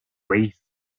ways